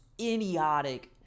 idiotic